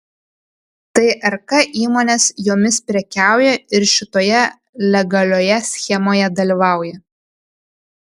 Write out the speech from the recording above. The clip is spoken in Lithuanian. tai rk įmonės jomis prekiauja ir šitoje legalioje schemoje dalyvauja